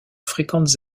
fréquentes